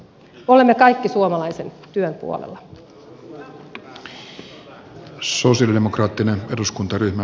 olemme kaikki suomalaisen työn puolella